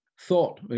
thought